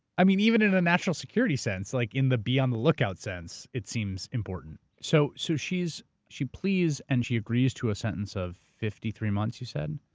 um even in a national security sense, like in the beyond the lookout sense, it seems important. so so she pleads and she agrees to a sentence of fifty three months you said?